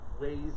ways